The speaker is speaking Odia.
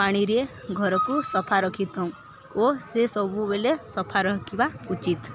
ପାଣିରେ ଘରକୁ ସଫା ରଖିଥାଉ ଓ ସେ ସବୁବେଳେ ସଫା ରଖିବା ଉଚିତ